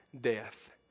death